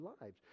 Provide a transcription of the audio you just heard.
lives